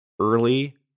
early